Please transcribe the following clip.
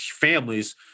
families